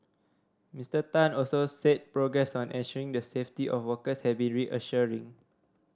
Mister Tan also said progress on ensuring the safety of workers has been reassuring